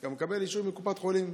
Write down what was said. אתה מקבל אישור מקופת חולים.